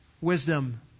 wisdom